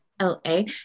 L-A